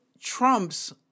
Trumps